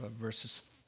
verses